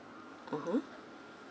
(uh huh)